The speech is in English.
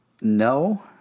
No